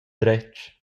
dretg